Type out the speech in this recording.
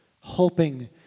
Hoping